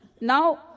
Now